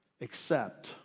accept